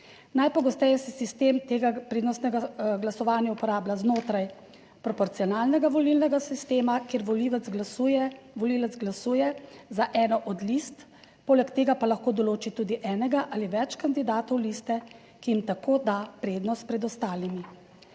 Najpogosteje se sistem tega prednostnega glasovanja uporablja znotraj proporcionalnega volilnega sistema, kjer volivec glasuje, volivec glasuje za eno od list, poleg tega pa lahko določi tudi enega ali več kandidatov liste, ki jim tako da prednost pred ostalimi.